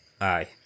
aye